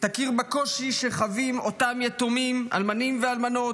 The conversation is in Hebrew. תכיר בקושי שחווים אותם יתומים, אלמנים ואלמנות,